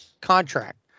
contract